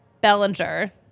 bellinger